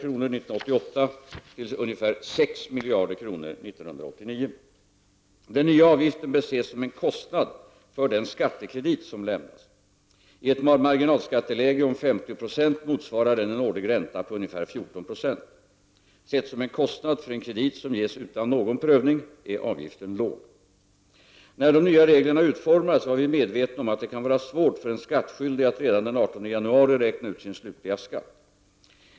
1988 till ca 6 miljarder kr. 1989. Den nya avgiften bör ses som en kostnad för den skattekredit som lämnas. I ett marginalskatteläge om 50 76 motsvarar den en årlig ränta på ungefär 14 96. Sett som en kostnad för en kredit som ges utan någon prövning är avgiften låg. När de nya reglerna utformades var vi medvetna om att det kan vara svårt för en skattskyldig att redan den 18 januari räkna ut sin slutliga skatt.